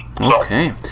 Okay